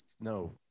No